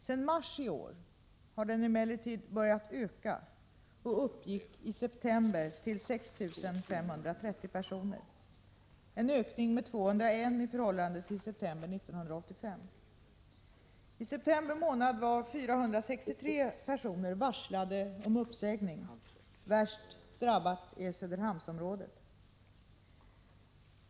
Sedan mars i år har den emellertid börjat öka och uppgick i september till 6 530 personer, en ökning med 201 i förhållande till september 1985. I september månad var 463 personer varslade om uppsägning. Värst drabbat är Söderhamnsområdet.